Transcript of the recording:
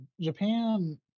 Japan